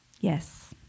Yes